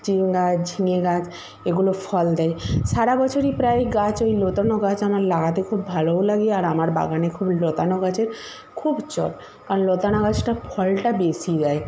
গাছ ঝিঙে গাছ এগুলো ফল দেয় সারা বছরই প্রায় গাছ ওই লতানো গাছ আমার লাগাতে খুব ভালোও লাগে আর আমার বাগানে খুব লতানো গাছের খুব চল কারণ লতানো গাছটা ফলটা বেশি দেয়